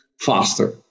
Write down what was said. faster